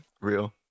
Real